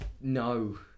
No